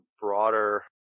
broader